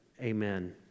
Amen